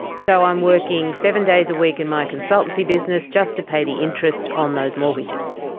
so i'm working seven days a week in my consultancy business just to pay the interest on those mortgages.